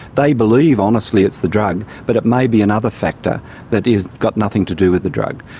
they believe honestly it's the drug, but it may be another factor that has got nothing to do with the drug.